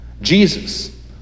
Jesus